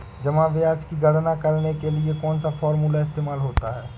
जमा ब्याज की गणना करने के लिए कौनसा फॉर्मूला इस्तेमाल होता है?